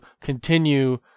continue